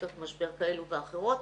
בעתות משבר כאלו ואחרות.